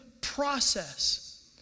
process